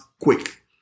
quick